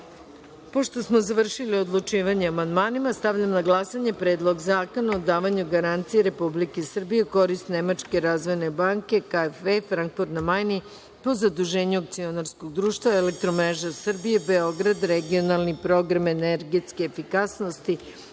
smo završili odlučivanje o amandmanima, stavljam na glasanje Predlog zakona o davanju garancije Republike Srbije u korist Nemačke razvojne banke KfW, Frankfurt na Majni, po zaduženju Akcionarskog društva „Elektromreža Srbije“, Beograd (Regionalni program energetske efikasnosti